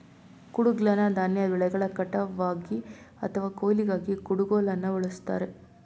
ಕುಡುಗ್ಲನ್ನ ಧಾನ್ಯ ಬೆಳೆಗಳ ಕಟಾವ್ಗಾಗಿ ಅಥವಾ ಕೊಯ್ಲಿಗಾಗಿ ಕುಡುಗೋಲನ್ನ ಬಳುಸ್ತಾರೆ